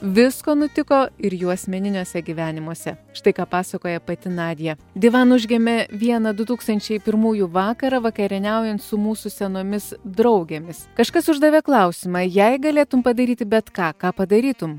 visko nutiko ir jų asmeniniuose gyvenimuose štai ką pasakoja pati nadja divan užgimė vieną du tūkstančiai pirmųjų vakarą vakarieniaujant su mūsų senomis draugėmis kažkas uždavė klausimą jei galėtum padaryti bet ką ką padarytum